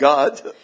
God